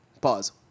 pause